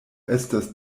estas